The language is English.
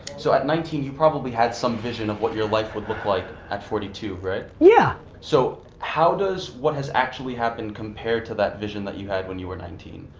so at nineteen, you probably had some vision of what your life would look like at forty two, right? yeah. so how does what has actually happened compare to that vision that you had when you were nineteen?